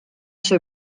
sui